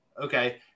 Okay